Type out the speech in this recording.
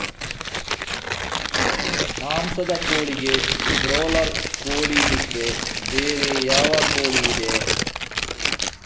ಮಾಂಸದ ಕೋಳಿಗೆ ಬ್ರಾಲರ್ ಕೋಳಿ ಬಿಟ್ರೆ ಬೇರೆ ಯಾವ ಕೋಳಿಯಿದೆ?